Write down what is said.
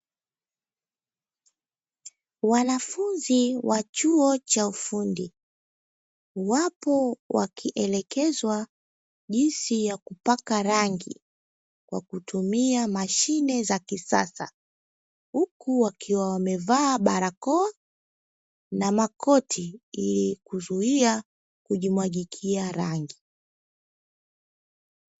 Wanafunzi wa chuo cha ufundi wapo wakielekezwa jinsi ya kupaka rangi kwa kutumia mashine za kisasa, huku wakiwa wamevaa barakoa na makoti ili kuzuia kujimwagikia rangi.